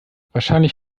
wahrscheinlich